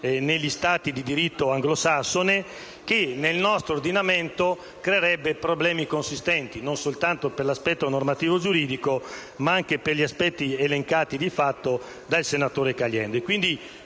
negli Stati di diritto anglosassone, che nel nostro ordinamento creerebbe problemi consistenti non soltanto per l'aspetto normativo-giuridico, ma anche per gli aspetti elencati di fatto dal senatore Caliendo.